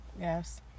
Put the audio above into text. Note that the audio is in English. Yes